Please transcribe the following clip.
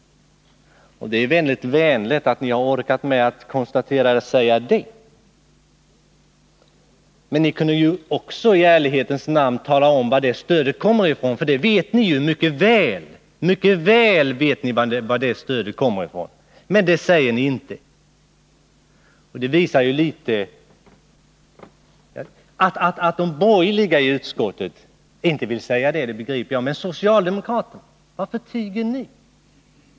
Det är väldigt vänligt av er att göra det, men ni kunde ju också i ärlighetens namn tala om varifrån det stödet kommer. Det vet ni mycket väl. Att de borgerliga ledamöterna i utskottet inte vill säga det begriper jag, men inte att inte heller socialdemokraterna gör det.